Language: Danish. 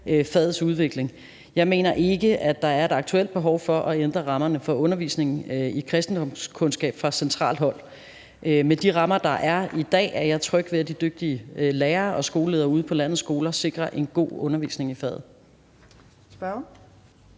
fagets udvikling. Jeg mener ikke, at der er et aktuelt behov for at ændre rammerne for undervisningen i kristendomskundskab fra centralt hold. Med de rammer, der er i dag, er jeg tryg ved, at de dygtige lærere og skoleledere ude på landets skoler sikrer en god undervisning i faget.